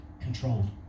controlled